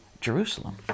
Jerusalem